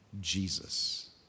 Jesus